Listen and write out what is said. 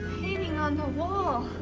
painting on the wall.